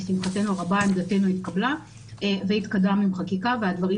לשמחתנו הרבה עמדתנו התקבלה והתקדמנו עם חקיקה והדברים